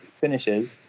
finishes